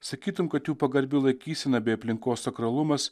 sakytum kad jų pagarbi laikysena bei aplinkos sakralumas